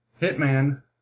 hitman